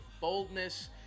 boldness